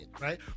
right